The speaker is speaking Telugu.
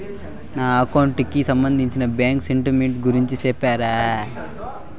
నా అకౌంట్ కి సంబంధించి బ్యాంకు స్టేట్మెంట్ గురించి సెప్తారా